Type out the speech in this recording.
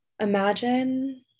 imagine